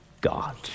God